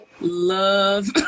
love